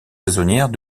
saisonnières